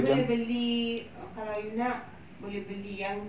boleh beli kalau you nak boleh beli yang